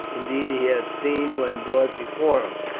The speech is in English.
indeed, he had seen when brought before him.